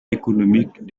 économique